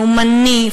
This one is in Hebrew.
לאומני,